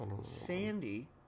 Sandy